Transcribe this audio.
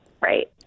right